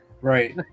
Right